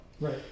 Right